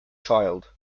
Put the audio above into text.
child